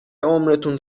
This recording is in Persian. عمرتون